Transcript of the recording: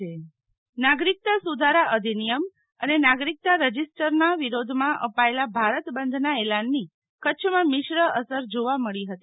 શીતલ વૈશ્નવ નાગારેકતા રલ નાગરિકતા સુધારા અધિનિયમ અને નાગરિકતા રજીસ્ટરનાં વિરોધમાં અપાયેલા ભારત બંધનાં એલાનની કરછમાં મિશ્ર અસર જોવા મળી હતી